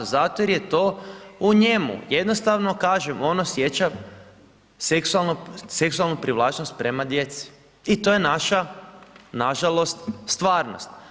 Zato jer je to u njemu, jednostavno kažem, on osjeća seksualnu privlačnost prema djeci i to je naša nažalost stvarnost.